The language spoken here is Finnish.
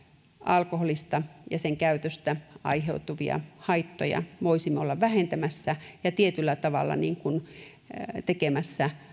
alkoholista ja sen käytöstä aiheutuvia haittoja voisimme olla vähentämässä ja tietyllä tavalla tekemässä